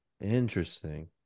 interesting